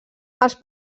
els